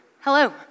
Hello